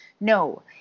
No